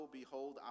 behold